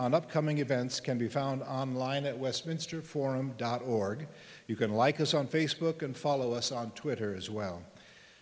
on upcoming events can be found online at westminster forum dot org you can like us on facebook and follow us on twitter as well